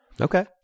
Okay